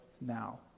now